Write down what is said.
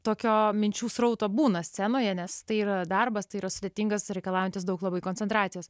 tokio minčių srauto būna scenoje nes tai yra darbas tai yra sudėtingas ir reikalaujantis daug labai koncentracijos